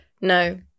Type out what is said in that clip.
No